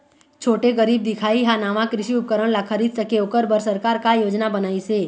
छोटे गरीब दिखाही हा नावा कृषि उपकरण ला खरीद सके ओकर बर सरकार का योजना बनाइसे?